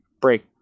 break